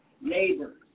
neighbors